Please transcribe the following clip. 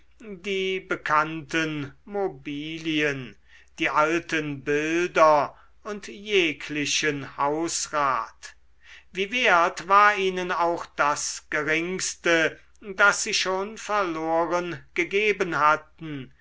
die bekannten mobilien die alten bilder und jeglichen hausrat wie wert war ihnen auch das geringste das sie schon verloren gegeben hatten